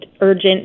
urgent